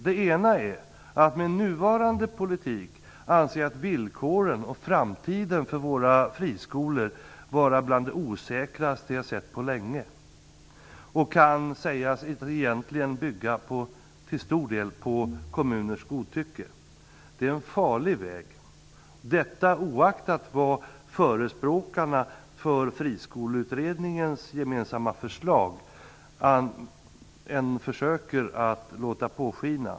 Det ena är att jag anser att villkoren och framtiden för våra friskolor med nuvarande politik är bland de osäkraste jag sett på länge och kan sägas egentligen bygga till stor del på kommuners godtycke. Detta är en farlig väg, oaktat vad förespråkarna för Friskoleutredningens gemensamma förslag än försöker låta påskina.